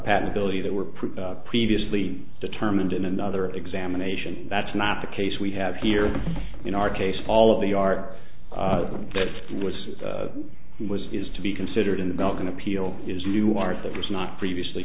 patentability that were previously determined in another examination that's not the case we have here in our case all of the art that was is to be considered in the building appeal is new art that was not previously